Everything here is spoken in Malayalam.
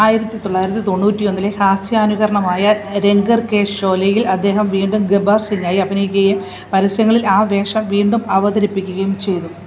ആയിരത്തി തൊള്ളായിരത്തി തൊണ്ണൂറ്റി ഒന്നിലെ ഹാസ്യാനുകരണമായ രംഗർ കെ ഷോലെയിൽ അദ്ദേഹം വീണ്ടും ഗബ്ബർ സിങ്ങായി അഭിനയിക്കുകയും പരസ്യങ്ങളിൽ ആ വേഷം വീണ്ടും അവതരിപ്പിക്കുകയും ചെയ്തു